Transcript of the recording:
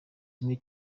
muri